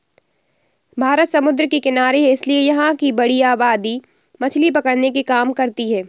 भारत समुद्र के किनारे है इसीलिए यहां की बड़ी आबादी मछली पकड़ने के काम करती है